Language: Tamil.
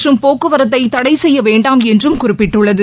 மற்றும் போக்குவரத்தை தடை செய்ய வேண்டாம் என்றும் குறிப்பிட்டுள்ளது